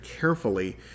carefully